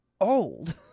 old